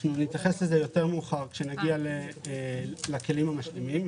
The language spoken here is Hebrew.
אנחנו נתייחס לזה יותר מאוחר עת נגיע לכלים המשלימים,